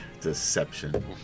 deception